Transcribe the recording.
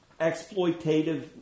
exploitative